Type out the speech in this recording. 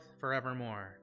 forevermore